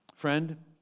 Friend